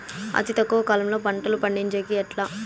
అతి తక్కువ కాలంలో పంటలు పండించేకి ఎట్లా?